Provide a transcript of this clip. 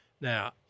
Now